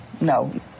no